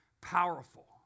powerful